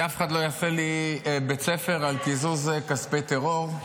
אף אחד לא יעשה לי בית ספר על קיזוז כספי טרור.